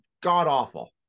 god-awful